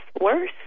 worse